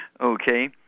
Okay